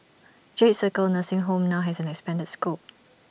jade circle nursing home now has an expanded scope